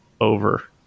over